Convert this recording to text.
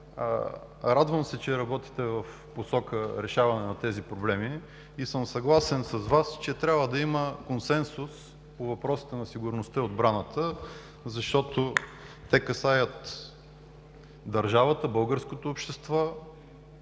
радвам се, че работите в посока решаване на тези проблеми. Съгласен съм с Вас, че трябва да има консенсус по въпросите на сигурността и отбраната, защото те касаят държавата, българското общество